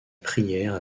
prière